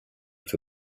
for